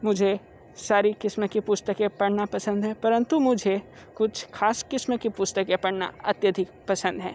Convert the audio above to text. मुझे सारी किस्म की पुस्तकें पढ़ना पसंद है परंतु मुझे कुछ खास किस्म की पुस्तकें पढ़ना अत्यधिक पसंद है